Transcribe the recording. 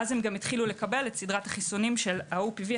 אז גם התחילו לקבל את סדרת החיסונים של ה-OPV,